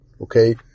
okay